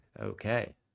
Okay